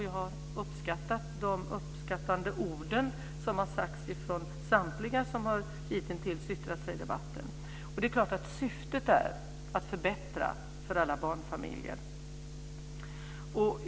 Jag tackar för de uppskattande orden som har sagts från samtliga som hitintills har yttrat sig i debatten. Det är klart att syftet är att förbättra för alla barnfamiljer.